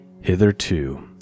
Hitherto